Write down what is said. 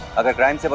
of crime so but